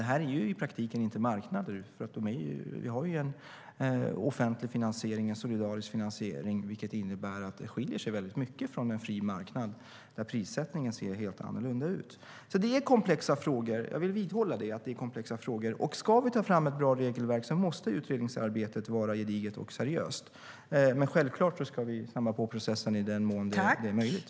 Detta är i praktiken inte marknader. Vi har en offentlig och solidarisk finansiering, vilket innebär att det skiljer sig väldigt starkt från en fri marknad, där prissättningen ser helt annorlunda ut. Jag vill vidhålla att det är komplexa frågor. Ska vi ta fram ett bra regelverk måste utredningsarbetet vara gediget och seriöst. Men självklart ska vi snabba på processen i den mån det är möjligt.